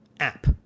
app